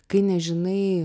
kai nežinai